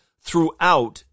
throughout